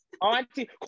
Auntie